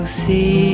see